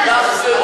תחזרו,